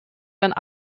werden